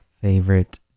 favorite